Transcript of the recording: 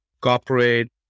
corporate